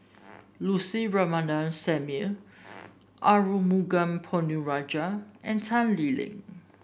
Lucy Ratnammah Samuel Arumugam Ponnu Rajah and Tan Lee Leng